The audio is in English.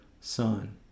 son